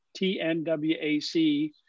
TNWAC